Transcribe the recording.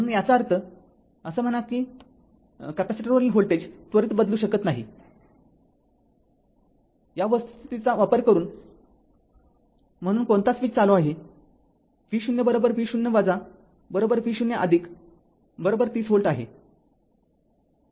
म्हणून याचा अर्थ असे म्हणा कीकॅपेसिटर व्होल्टेज त्वरित बदलू शकत नाही या वस्तुस्थितीचा वापर करून म्हणून कोणता स्विच चालू आहे v0 v0 v0 ३० व्होल्ट आहे